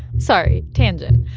sorry tangent.